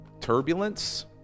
turbulence